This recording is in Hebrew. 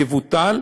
יבוטל,